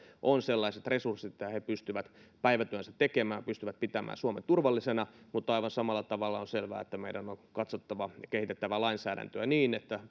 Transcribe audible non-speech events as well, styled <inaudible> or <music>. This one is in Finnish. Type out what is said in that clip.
on sellaiset resurssit että he pystyvät päivätyönsä tekemään pystyvät pitämään suomen turvallisena mutta aivan samalla tavalla on selvää että meidän on katsottava ja kehitettävä lainsäädäntöä niin että <unintelligible>